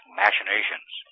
machinations